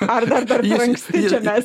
ar dar per per anksti čia mes